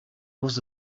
was